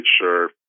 sure